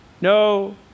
No